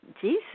Jesus